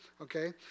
okay